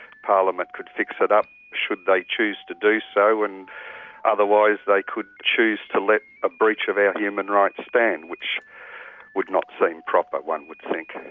parliament could fix it up should they choose to do so, and otherwise they could choose to let a breach of our human rights stand, which would not seem proper, one would think.